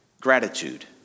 gratitude